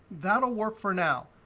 that'll work for now.